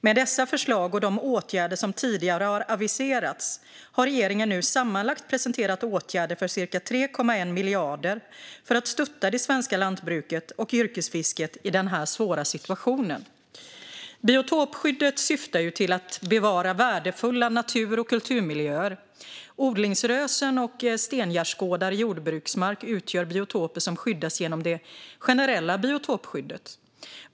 Med dessa förslag och de åtgärder som tidigare har aviserats har regeringen nu presenterat åtgärder för sammanlagt cirka 3,1 miljarder för att stötta det svenska lantbruket och yrkesfisket i denna svåra situation. Biotopskyddet syftar till att bevara värdefulla natur och kulturmiljöer. Odlingsrösen och stengärdsgårdar i jordbruksmark utgör biotoper som skyddas genom det generella biotopskyddet.